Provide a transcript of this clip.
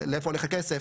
לאיפה הולך הכסף.